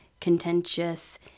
contentious